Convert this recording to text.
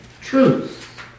truth